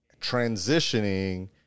transitioning